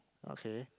okay